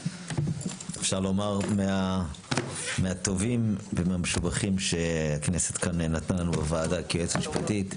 אפשר לומר מהטובים והמשובחים שהכנסת כאן נתנה לנו לוועדה כיועצת משפטית.